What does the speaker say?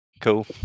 Cool